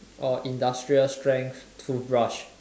or industrial strength toothbrush